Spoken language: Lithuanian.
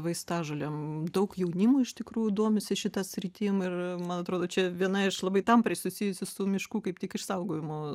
vaistažolėm daug jaunimo iš tikrųjų domisi šita sritim ir man atrodo čia viena iš labai tampriai susijusi su miškų kaip tik išsaugojimo